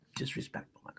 disrespectful